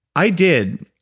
i did,